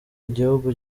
igihugu